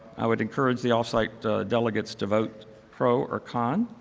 i would encourage the off site delegates to vote pro or con.